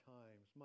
times